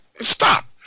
stop